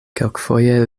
kelkfoje